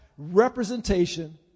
representation